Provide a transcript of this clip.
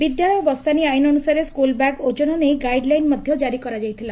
ବିଦ୍ୟାଳୟ ବସ୍ତାନି ଆଇନ ଅନୁସାରେ ସ୍କୁଲ୍ ବ୍ୟାଗ୍ ଓଜନ ନେଇ ଗାଇଡ୍ ଲାଇନ୍ ମଧ୍ୟ କାରି କରାଯାଇଥିଲା